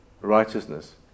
Righteousness